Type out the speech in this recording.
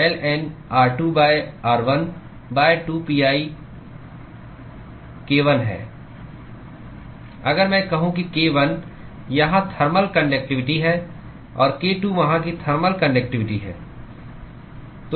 ln r2 r1 2pi k1 है अगर मैं कहूं कि k1 यहां थर्मल कान्डक्टिवटी है और k2 वहां की थर्मल कान्डक्टिवटी है